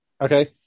Okay